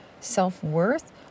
self-worth